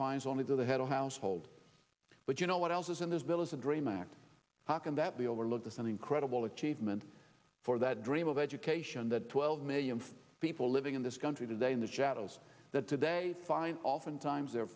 fines only to the head of household but you know what else is in this bill is a dream act how can that be overlooked as an incredible achievement for that dream of education that twelve million people living in this country today in the shadows that today find oftentimes their